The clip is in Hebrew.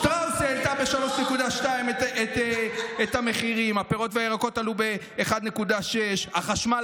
שטראוס העלתה את המחירים ב-3.2%; הפירות והירקות עלו ב-1.6%; החשמל